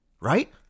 right